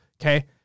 Okay